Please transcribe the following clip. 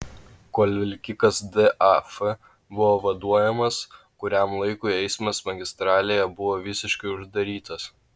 kol vilkikas daf buvo vaduojamas kuriam laikui eismas magistralėje buvo visiškai uždarytas